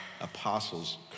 Apostles